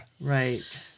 Right